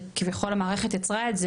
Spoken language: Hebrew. שכביכול המערכת יצרה את זה,